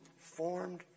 formed